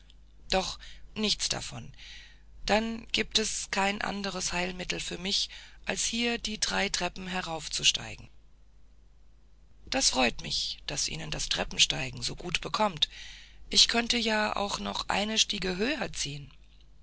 doch nichts davon dann gibt es kein andres heilmittel für mich als hier die drei treppen hinaufzusteigen das freut mich daß ihnen das treppensteigen so gut bekommt ich könnte ja auch noch eine stiege höher ziehen